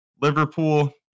Liverpool